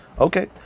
Okay